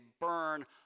burn